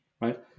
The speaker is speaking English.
right